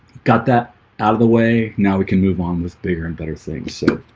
got that out of the way. now, we can move on with bigger and better things so